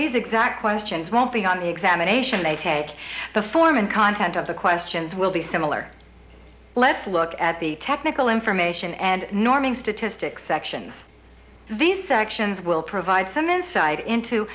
these exact questions won't be on the examination they take the form and content of the questions will be similar let's look at the technical information and norming statistics sections these sections will provide some insight into